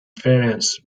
france